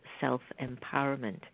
self-empowerment